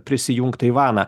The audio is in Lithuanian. prisijungt taivaną